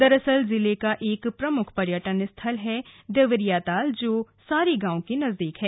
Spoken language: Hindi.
दरअसल जिले का एक प्रमुख पर्यटन स्थल है देवरियाताल जो सारी गांव के नजदीक है